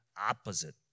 opposite